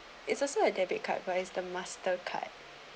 it's also a debit card but is the master card